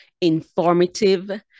informative